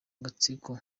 gatsiko